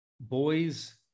boys